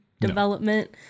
development